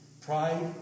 Pride